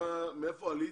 מאיפה עלית?